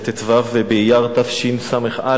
בט"ו באייר תשס"א,